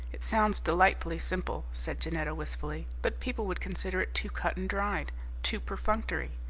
it sounds delightfully simple, said janetta wistfully, but people would consider it too cut-and-dried, too perfunctory.